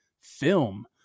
film